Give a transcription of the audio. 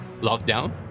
lockdown